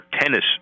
tennis